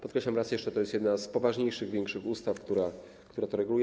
Podkreślam raz jeszcze: to jest jedna z poważniejszych, większych ustaw, która to reguluje.